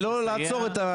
ולא לעצור,